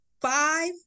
five